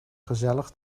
gezellig